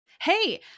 Hey